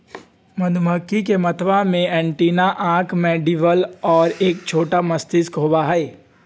मधुमक्खी के मथवा में एंटीना आंख मैंडीबल और एक छोटा मस्तिष्क होबा हई